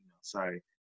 sorry